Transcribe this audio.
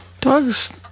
Dogs